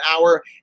hour